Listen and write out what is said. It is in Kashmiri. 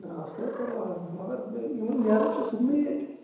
آ اصٕل کوٚروٕ حظ مگر مےٚ یِمٕے نیران چھِس صُبحنٕے ییٚتہِ